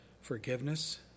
forgiveness